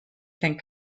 can